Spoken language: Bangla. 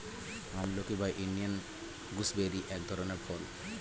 আমলকি বা ইন্ডিয়ান গুসবেরি এক ধরনের ফল